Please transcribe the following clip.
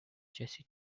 jesse